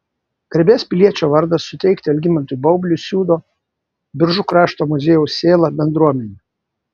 garbės piliečio vardą suteikti algimantui baubliui siūlo biržų krašto muziejaus sėla bendruomenė